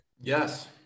Yes